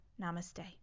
Namaste